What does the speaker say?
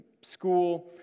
school